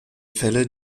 fälle